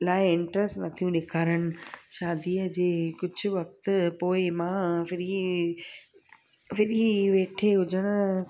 लाइ इंट्रैस्ट नथियूं ॾेखारनि शादीअ जे कुझु वक़्तु पोइ मां फ्री फ्री वेठे हुजणु